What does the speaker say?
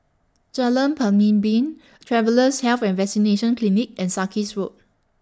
Jalan Pemimpin Travellers' Health and Vaccination Clinic and Sarkies Road